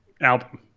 album